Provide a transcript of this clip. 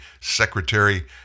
Secretary